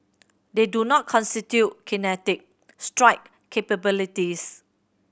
they do not constitute kinetic strike capabilities